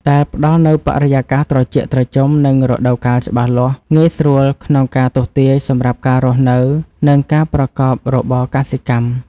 ដែលផ្ដល់នូវបរិយាកាសត្រជាក់ត្រជុំ និងរដូវកាលច្បាស់លាស់ងាយស្រួលក្នុងការទស្សន៍ទាយសម្រាប់ការរស់នៅ និងការប្រកបរបរកសិកម្ម។